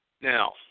Now